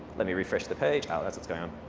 let me refresh the page. oh, that's what's going on.